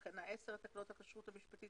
תקנה 10 לתקנות הכשרות המשפטית